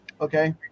okay